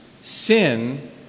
sin